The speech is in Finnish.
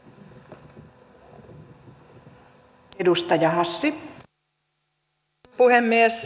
arvoisa puhemies